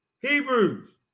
Hebrews